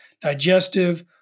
Digestive